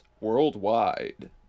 Worldwide